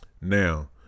Now